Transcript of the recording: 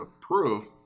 proof